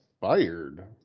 fired